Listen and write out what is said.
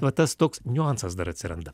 o tas toks niuansas dar atsiranda